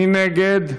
מי נגד?